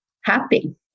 happy